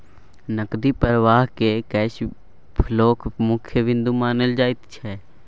नकदी प्रवाहकेँ कैश फ्लोक मुख्य बिन्दु मानल जाइत छै